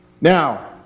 Now